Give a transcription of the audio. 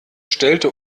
stellte